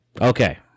Okay